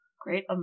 Great